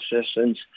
assistance